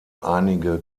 einige